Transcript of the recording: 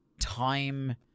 time